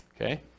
Okay